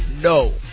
No